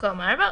במקום ארבעה.